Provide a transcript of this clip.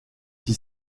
qui